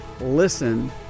listen